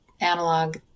analog